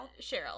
Cheryl